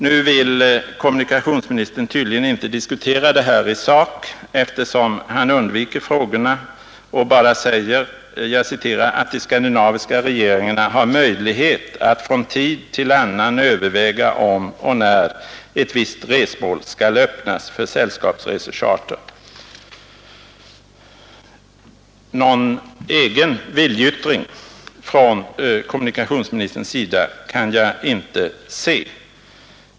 Nu vill kommunikationsministern tydligen inte diskutera detta i sak, eftersom han undviker frågorna och bara säger: ”De skandinaviska regeringarna har möjlighet att från tid till annan överväga, om och när ett visst resmål — exempelvis en interkontinental linje — skall öppnas för sällskapsresecharter.”” Någon egen viljeyttring från kommunikationsministerns sida kan jag inte förmärka.